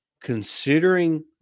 considering